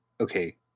okay